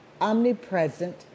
omnipresent